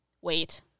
Wait